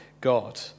God